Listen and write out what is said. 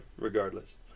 regardless